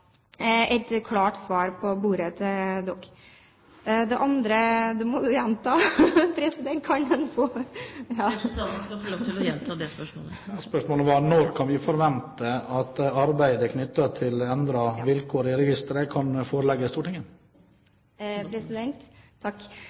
et klart svar på bordet til dere. Kan du gjenta det andre spørsmålet? Representanten skal få lov til å gjenta spørsmålet. Spørsmålet var: Når kan vi forvente at arbeidet knyttet til endrede vilkår i registeret kan forelegges Stortinget?